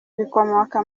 bikomoka